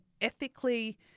ethically